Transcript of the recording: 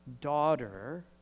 daughter